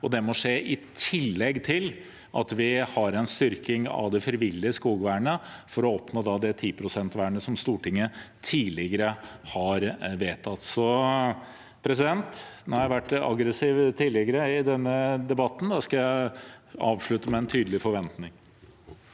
Det må skje i tillegg til at vi har en styrking av det frivillige skogvernet for å oppnå det vernet på 10 pst. som Stortinget tidligere har vedtatt. Jeg har vært aggressiv tidligere i denne debatten, og nå skal jeg avslutte med en tydelig forventning.